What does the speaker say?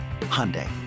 Hyundai